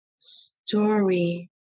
story